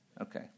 Okay